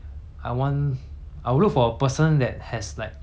already a good preset skills